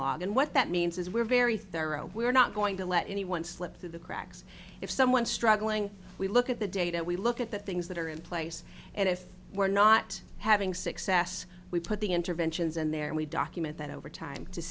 and what that means is we're very thorough we're not going to let anyone slip through the cracks if someone struggling we look at the data we look at the things that are in place and if we're not having success we put the interventions in there and we document that over time to